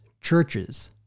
churches